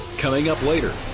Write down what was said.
coming up later,